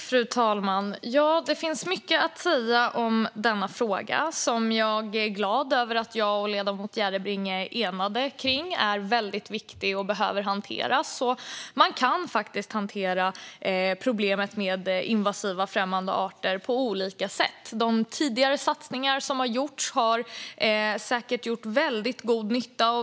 Fru talman! Det finns mycket att säga om denna fråga. Jag är glad att jag och ledamoten Järrebring är enade om att den är väldigt viktig och behöver hanteras. Man kan hantera problemet med invasiva främmande arter på olika sätt. De tidigare satsningar som gjorts har säkert gjort väldigt god nytta.